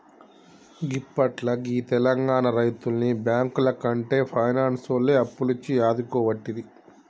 గిప్పట్ల గీ తెలంగాణ రైతుల్ని బాంకులకంటే పైనాన్సోల్లే అప్పులిచ్చి ఆదుకోవట్టిరి